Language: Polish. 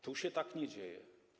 Tu się tak nie dzieje.